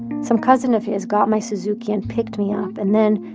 some cousin of his got my suzuki and picked me up, and then,